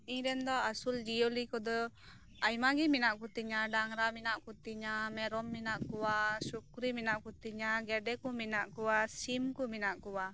ᱤᱧ ᱨᱮᱱ ᱫᱚ ᱟᱥᱩᱞ ᱡᱤᱭᱟᱹᱠᱤ ᱠᱚᱫᱚ ᱟᱭᱢᱟ ᱜᱮ ᱢᱮᱱᱟᱜ ᱠᱚᱛᱤᱧᱟ ᱰᱟᱝᱨᱟ ᱢᱮᱱᱟᱜ ᱠᱚᱛᱤᱧᱟ ᱢᱮᱨᱚᱢ ᱢᱮᱱᱟᱜ ᱠᱚᱣᱟ ᱥᱩᱠᱨᱤ ᱢᱮᱱᱟᱜ ᱠᱚᱛᱤᱧᱟ ᱜᱮᱰᱮ ᱠᱚ ᱢᱮᱱᱟᱜ ᱠᱚᱣᱟ ᱥᱤᱢ ᱠᱚ ᱢᱮᱱᱟᱜ ᱠᱚᱣᱟ